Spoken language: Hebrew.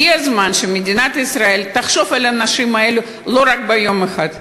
הגיע הזמן שמדינת ישראל תחשוב על האנשים האלה לא רק ביום אחד.